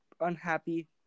unhappy